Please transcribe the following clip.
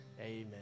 Amen